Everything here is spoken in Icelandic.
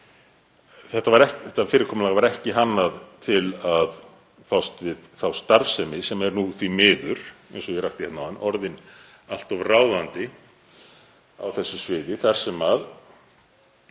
Þetta fyrirkomulag var ekki hannað til að fást við þá starfsemi sem nú er, því miður, eins og ég rakti hér áðan, orðin allt of ráðandi á þessu sviði þar sem